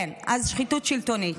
כן, אז שחיתות שלטונית.